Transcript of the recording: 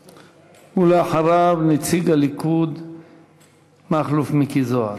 ואחריו, נציג הליכוד מכלוף מיקי זוהר.